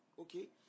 Okay